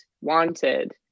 wanted